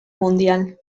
mundial